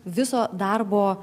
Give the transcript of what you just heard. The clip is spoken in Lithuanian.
viso darbo